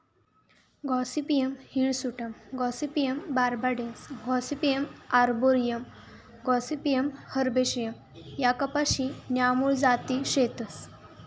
Gossypium hirsutum Gossypium barbadense Gossypium arboreum Gossypium herbaceum ह्या कपाशी न्या मूळ जाती शेतस